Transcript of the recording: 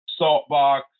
Saltbox